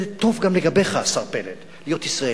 זה טוב גם לגביך, השר פלד, להיות ישראלי.